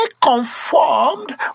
conformed